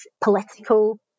political